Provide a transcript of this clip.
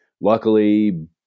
Luckily